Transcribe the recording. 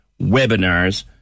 webinars